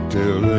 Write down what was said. Till